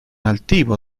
altivo